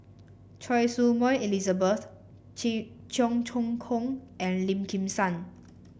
Choy Su Moi Elizabeth Cheong Choong Kong and Lim Kim San